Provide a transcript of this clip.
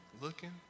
looking